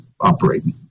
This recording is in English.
operating